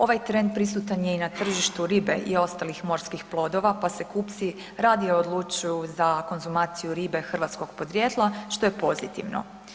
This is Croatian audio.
Ovaj trend prisutan je i na tržištu ribe i ostalih morskih plodova pa se kupci radije odlučuju za konzumacije ribe hrvatskog podrijetla, što je pozitivno.